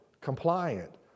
compliant